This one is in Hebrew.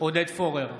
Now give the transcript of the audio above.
עודד פורר,